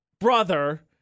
Brother